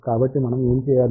కాబట్టి మనం ఏమి చేయాలి